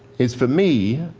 is, for me,